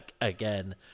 again